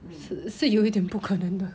是是有一点不可能的